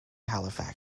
halifax